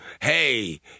Hey